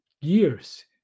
years